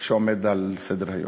שעומד על סדר-היום.